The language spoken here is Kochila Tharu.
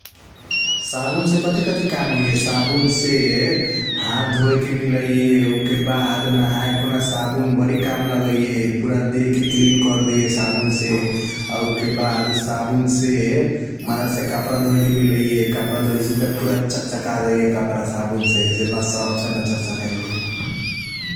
साबुन से कथी कथी काम होइया साबुन से । हाथ दहोय के मिलैया उकेबाद नहाया खुना साबुन बारी काम लागैया । पूरा देह के क्लीन करदीयए साबुन से आ उके बाद साबुन से । मज़ा से कपड़ा ढोयाके मिलैया कपड़ा ढोईसी त पूरा चक चका जाइया । कपड़ा साबुन से जतना सर्फ से न चक चकका या ।